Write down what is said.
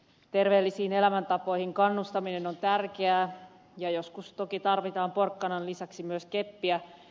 terveellisiin elämäntapoihin kannustaminen on tärkeää ja joskus toki tarvitaan porkkanan lisäksi myös keppiä